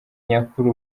nyakuri